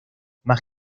más